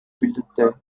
bildete